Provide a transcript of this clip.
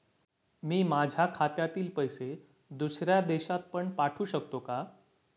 मी माझ्या खात्यातील पैसे दुसऱ्या देशात पण पाठवू शकतो का?